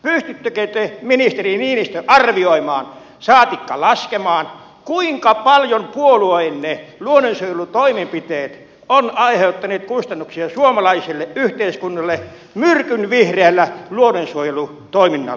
pystyttekö te ministeri niinistö arvioimaan saatikka laskemaan kuinka paljon puolueenne luonnonsuojelutoimenpiteet ovat aiheuttaneet kustannuksia suomalaiselle yhteiskunnalle myrkynvihreällä luonnonsuojeluvimmallanne